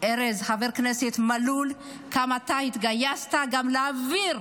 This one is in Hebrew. חבר הכנסת ארז מלול, כמה אתה התגייסת גם להעביר,